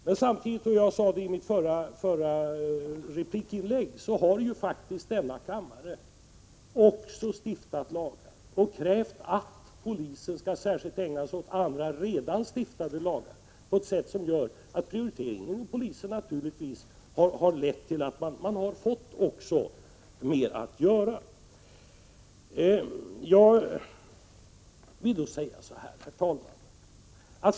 Men samtidigt — och det sade jag i min förra replik — har vi i denna kammare också stiftat lagar och krävt att polisen skall ägna sig särskilt åt alla redan stiftade lagar, vilket har lett till att polisen fått mer att göra.